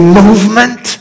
movement